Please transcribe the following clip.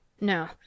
No